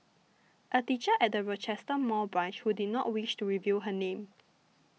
a teacher at the Rochester Mall branch who did not wish to reveal her name